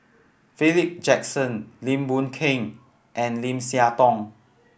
Philip Jackson Lim Boon Keng and Lim Siah Tong